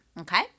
okay